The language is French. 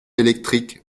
électrique